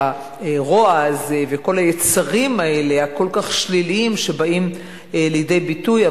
הרוע הזה וכל היצרים האלה הכל-כך שליליים שבאים לידי ביטוי.